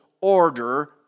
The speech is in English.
order